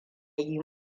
yi